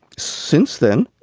since then,